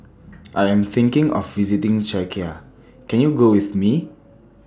I Am thinking of visiting Czechia Can YOU Go with Me